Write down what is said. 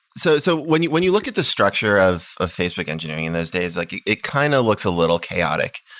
so so when you when you look at the structure of ah facebook engineering in those days, like it kind of looks a little chaotic.